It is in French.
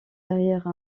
derrière